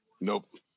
Nope